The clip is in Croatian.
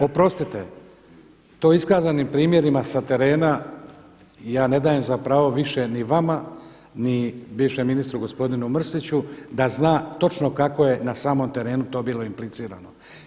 Oprostite to iskazanim primjerima sa terena ja ne dajem za pravo više ni vama, ni bivšem ministru gospodinu Mrsiću da zna točno kako je na samom terenu to bilo implicirano.